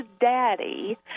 daddy